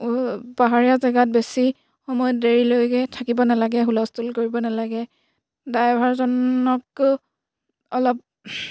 পাহাৰীয়া জেগাত বেছি সময়ত দেৰিলৈকে থাকিব নালাগে হুলস্থুল কৰিব নালাগে ড্ৰাইভাৰজনক অলপ